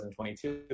2022